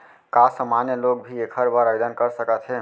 का सामान्य लोग भी एखर बर आवदेन कर सकत हे?